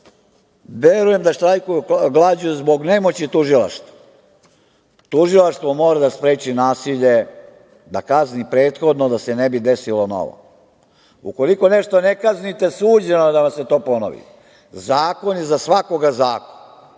verujem da štrajkuju glađu zbog nemoći tužilaštva. Tužilaštvo mora da spreči nasilje, da kazni prethodno da se ne bi desilo novo. Ukoliko nešto ne kaznite, suđeno je da vam se to ponovi. Zakon je za svakoga zakon.